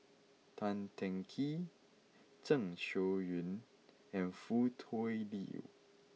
Tan Teng Kee Zeng Shouyin and Foo Tui Liew